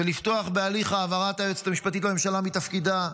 ולפתוח בהליך העברת היועצת המשפטית לממשלה מתפקידה,